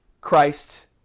Christ